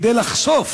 כדי לחשוף